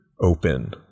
open